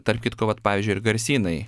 tarp kitko vat pavyzdžiui ir garsynai